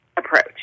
Approach